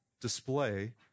display